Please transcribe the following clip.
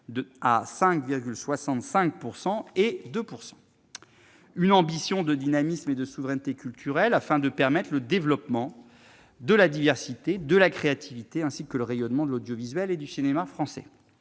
ambitions : une ambition de dynamisme et de souveraineté culturels, afin de permettre le développement de la diversité, de la créativité, ainsi que le rayonnement de l'audiovisuel et du cinéma français